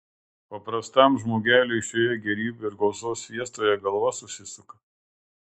paprastam žmogeliui šioje gėrybių ir gausos fiestoje galva susisuka